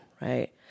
right